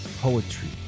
poetry